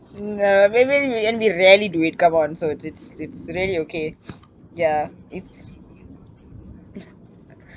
mm uh maybe we and we rarely do it come on so it's it's really okay ya it's